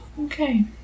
Okay